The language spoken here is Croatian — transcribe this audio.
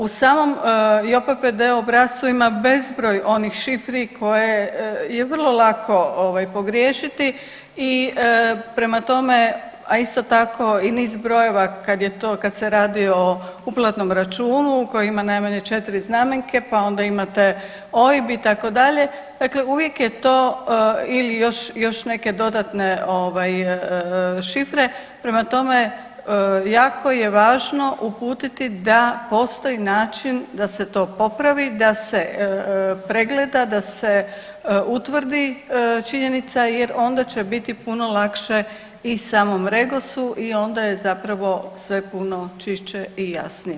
U samom JOPPD obrascu ima bezbroj onih šifri koje je vrlo lako ovaj pogriješiti i prema tome, a isto tako i niz brojeva kad je to, kad se radi o uplatnom računu koji ima najmanje 4 znamenke pa onda imate OIB itd., dakle uvijek je to, ili još, još neke dodatne ovaj šifre, prema tome jako je važno uputiti da postoji način da se to popravi, da se pregleda, da se utvrdi činjenica jer onda će biti puno lakše i samom REGOS-u i onda je zapravo sve puno čišće i jasnije.